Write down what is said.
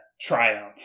triumph